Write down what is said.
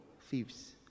thieves